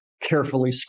carefully